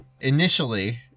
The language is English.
initially